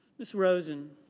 ms. rosen.